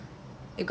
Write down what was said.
mm